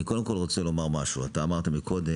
אני קודם כל רוצה לומר שאתה אמרת קודם